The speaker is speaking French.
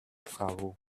travaux